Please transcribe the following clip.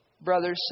Brothers